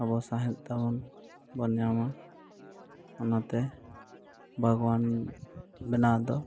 ᱟᱵᱚ ᱥᱟᱦᱮᱸᱫ ᱛᱟᱵᱚᱱ ᱵᱚᱱ ᱧᱟᱢᱟ ᱚᱱᱟᱛᱮ ᱵᱟᱜᱽᱣᱟᱱ ᱵᱮᱱᱟᱣ ᱫᱚ